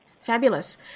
Fabulous